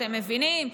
אתם מבינים?